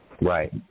Right